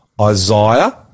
Isaiah